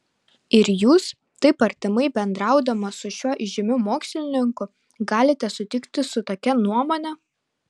ir jūs taip artimai bendraudama su šiuo įžymiu mokslininku galite sutikti su tokia nuomone